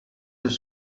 his